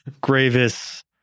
Gravis